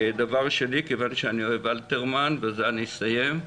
דבר שני, כיוון שאני אוהב אלתרמן ובזה אני אסיים,